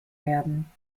werden